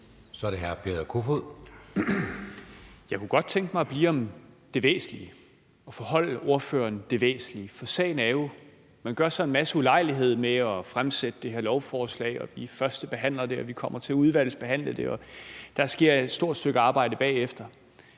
19:10 Peter Kofod (DF): Jeg kunne godt tænke mig at blive ved det væsentlige og forholde ordføreren det væsentlige. For sagen er jo, at man gør sig en masse ulejlighed med at fremsætte det her lovforslag. Vi førstebehandler det, og vi kommer til at udvalgsbehandle det, og der sker et stort stykke arbejde bagefter.